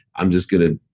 i'm just going to.